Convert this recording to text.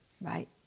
Right